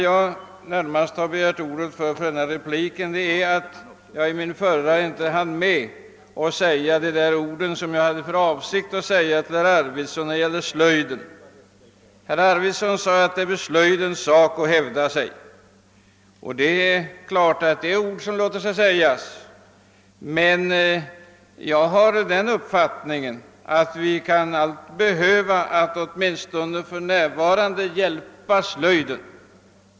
I min förra replik hann jag inte säga de ord jag hade tänkt rikta till herr Arvidson beträffande slöjden. Herr Arvidson menade att det blir slöjdens sak att hävda sig, och det låter sig naturligtvis sägas. Jag har emellertid den uppfattningen, att vi åtminstone för närvarande kan behöva hjälpa slöjden.